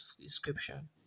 description